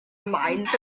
mines